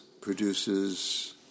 produces